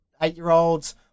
eight-year-olds